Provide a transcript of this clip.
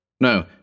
No